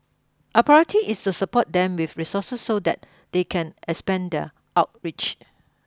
our priority is to support them with resources so that they can expand their outreach